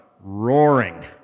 roaring